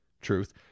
truth